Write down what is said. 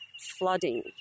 flooding